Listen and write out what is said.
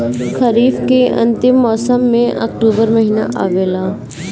खरीफ़ के अंतिम मौसम में अक्टूबर महीना आवेला?